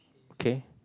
okay